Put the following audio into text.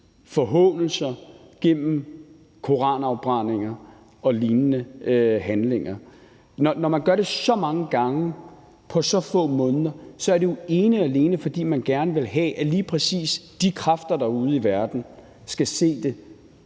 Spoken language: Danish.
forhånelser gennem koranafbrændinger og lignende handlinger. Når man gør det så mange gange på så få måneder, er det ene og alene, fordi man gerne vil have, at lige præcis de kræfter derude i verden skal se det